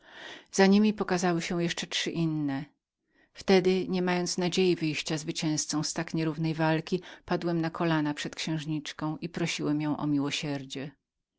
za nim pokazały się jeszcze trzy inne wtedy niemając nadziei wyjścia zwycięzcą z tak nierównej walki padłem na kolana przed księżniczką i prosiłem ją o miłosierdzie